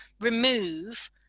remove